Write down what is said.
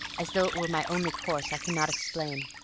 as though it were my only course, i cannot explain.